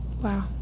wow